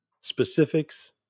specifics